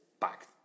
back